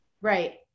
Right